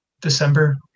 December